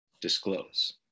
disclose